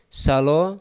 salo